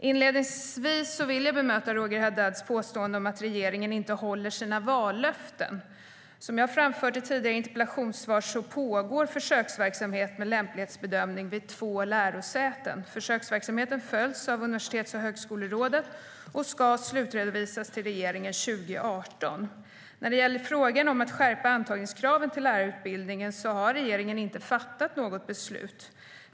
Inledningsvis vill jag bemöta Roger Haddads påstående att regeringen inte håller sina vallöften. Som jag framfört i ett tidigare interpellationssvar så pågår försöksverksamhet med lämplighetsbedömning vid två lärosäten. Försöksverksamheten följs av Universitets och högskolerådet och ska slutredovisas till regeringen senast 2018. När det gäller frågan om att skärpa antagningskraven till lärarutbildningarna har regeringen inte fattat något beslut.